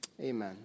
Amen